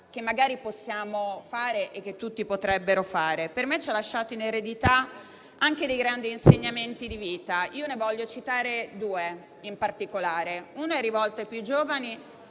che magari possiamo fare e che tutti potrebbero fare. Per me ci ha lasciato in eredità anche dei grandi insegnamenti di vita. Io ne voglio citare due in particolare. Uno è rivolto ai più giovani,